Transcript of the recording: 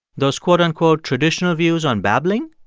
those, quote-unquote, traditional views on babbling.